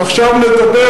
ועכשיו נדבר,